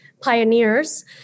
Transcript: pioneers